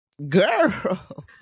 girl